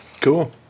Cool